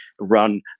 run